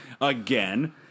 again